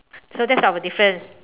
so that's our difference